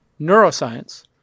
Neuroscience